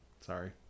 sorry